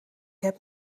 heb